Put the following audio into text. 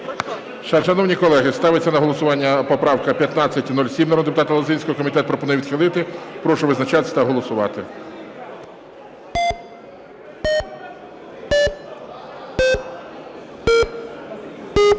Шановні колеги, ставиться на голосування правка 497 народного депутата Лозинського. Комітет пропонує відхилити. Прошу визначатись та голосувати.